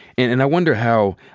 and and i wonder how,